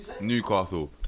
Newcastle